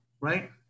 right